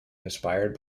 inspired